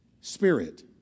spirit